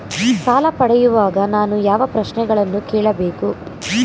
ಸಾಲ ಪಡೆಯುವಾಗ ನಾನು ಯಾವ ಪ್ರಶ್ನೆಗಳನ್ನು ಕೇಳಬೇಕು?